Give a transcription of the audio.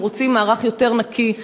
אנחנו רוצים מערך יותר נקי,